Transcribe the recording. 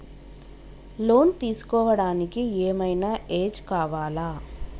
Loan తీస్కోవడానికి ఏం ఐనా ఏజ్ కావాలా?